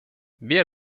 wer